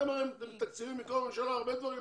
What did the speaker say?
הרי